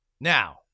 Now